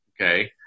Okay